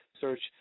Search